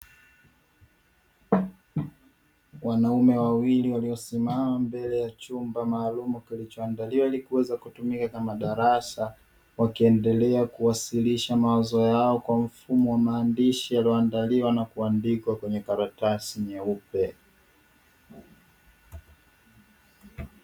Wanaume wawili waliosimama mbele ya chumba maalumu, kilichoandaliwa ili kuweza kutumika kama darasa, wakiendelea kuwasilisha mawazo yao kwa mfumo wa maandishi, yaliyoandaliwa na kuandikwa kwenye karatasi nyeupe.